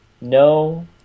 no